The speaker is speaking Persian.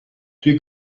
توی